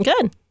Good